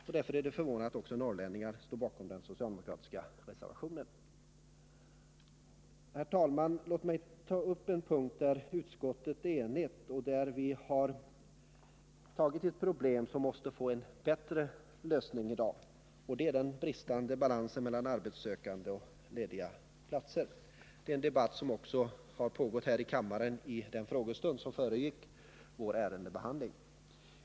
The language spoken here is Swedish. Och det är därför förvånande att också norrlänningar står bakom den socialdemokratiska reservationen. Herr talman! Låt mig ta upp en punkt där utskottet är enigt och där vi har tagit upp ett problem som måste få en bättre lösning än i dag, och det gäller den bristande balansen mellan arbetssökande och lediga platser. Det är en debatt som också förts här i kammaren under den frågestund som föregick dagens ärendebehandling.